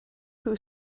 who